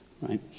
right